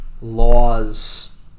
laws